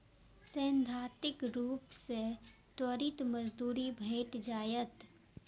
सैद्धांतिक रूप सं त्वरित मंजूरी भेट जायत